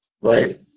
Right